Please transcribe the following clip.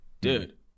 dude